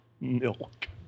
Milk